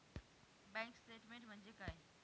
Bank statement म्हणजे काय?